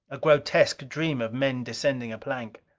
a grotesque dream of men descending a plank.